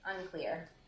unclear